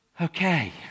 Okay